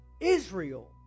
Israel